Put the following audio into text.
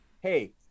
hey